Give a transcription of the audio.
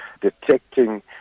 detecting